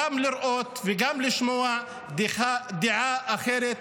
גם לראות וגם לשמוע דעה אחרת.